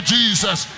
Jesus